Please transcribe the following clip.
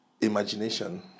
imagination